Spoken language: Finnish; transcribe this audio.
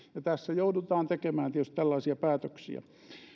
tässä joudutaan tekemään tietysti tällaisia päätöksiä